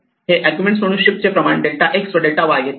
हे आर्ग्युमेंट म्हणून शिफ्ट चे प्रमाण डेल्टा X व डेल्टा Y घेते